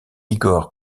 igor